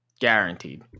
Guaranteed